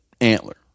antler